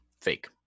Fake